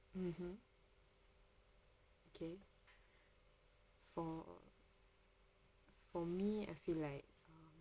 mmhmm okay for for me I feel like um